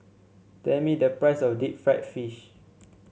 tell me the price of Deep Fried Fish